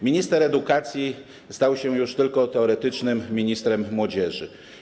Minister edukacji stał się już tylko teoretycznym ministrem młodzieży.